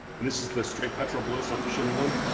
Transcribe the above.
and this is the straight petrol blue, it's not the shimmer one?